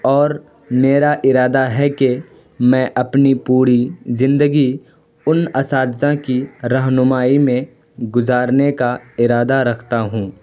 اور میرا ارادہ ہے کہ میں اپنی پوری زندگی ان اساتذہ کی رہنمائی میں گزارنے کا ارادہ رکھتا ہوں